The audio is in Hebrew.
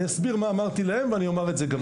אני אסביר מה אמרתי להם ואני אומר את זה גם כאן.